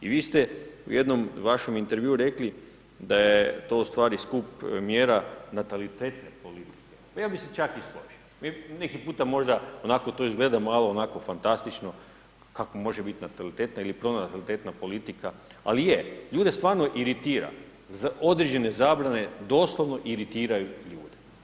I vi ste u jednom vašem intervjuu rekli da je to u stvari skup mjera natalitetne politike, pa ja bi se čak i složio, vi neki puta možda onako to izgleda malo onako fantastično kao može biti natalitetna ili pronatalitetna politika ali je, ljude stvarno iritira određene zabrane, doslovno iritiraju ljude.